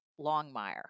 Longmire